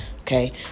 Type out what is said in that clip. Okay